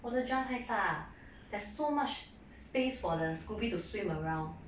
我的 jar 太大 there's so much space for the scoby to swim around